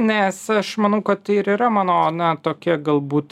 nes aš manau kad tai ir yra mano na tokia galbūt